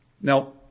Now